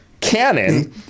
canon